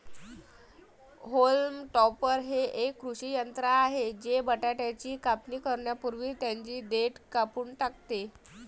haulm topper हे एक कृषी यंत्र आहे जे बटाट्याची कापणी करण्यापूर्वी त्यांची देठ कापून टाकते